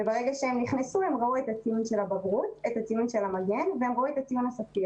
וברגע שהם נכנסו הם ראו את הציון של המגן ואת הציון הסופי.